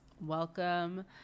welcome